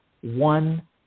one